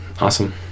Awesome